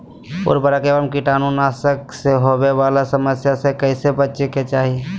उर्वरक एवं कीटाणु नाशक से होवे वाला समस्या से कैसै बची के चाहि?